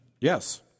Yes